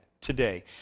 today